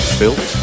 built